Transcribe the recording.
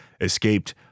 escaped